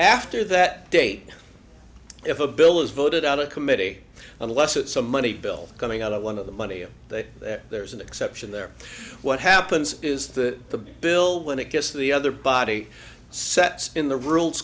after that date if a bill is voted out of committee unless it's a money bill coming out of one of the money that there's an exception there what happens is the bill when it gets the other body sets in the ru